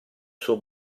suo